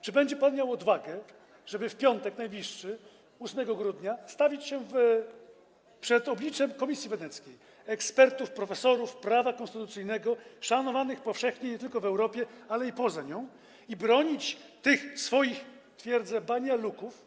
Czy będzie pan miał odwagę, żeby w piątek najbliższy, 8 grudnia, stawić się przed obliczem Komisji Weneckiej - ekspertów, profesorów prawa konstytucyjnego, szanowanych powszechnie nie tylko w Europie, ale i poza nią - i bronić tych swoich, jak twierdzę, banialuk.